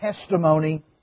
testimony